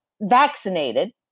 vaccinated